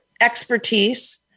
expertise